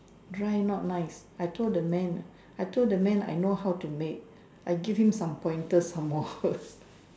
dry not nice I told the man I told the man I know how to make I giving some point to some more